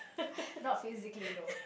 not physically though